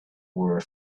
were